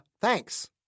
thanks